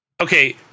Okay